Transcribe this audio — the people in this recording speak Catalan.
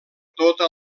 tota